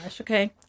okay